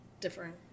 different